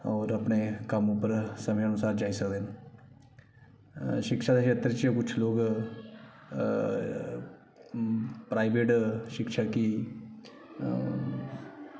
होर अपने कम्म पर समें अनुसार जाई सकदे न शिक्षा दे खेत्तर 'र कुछ लोग प्राइवेट शिक्षा गी